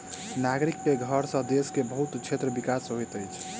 नागरिक के कर सॅ देश के बहुत क्षेत्र के विकास होइत अछि